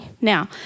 Now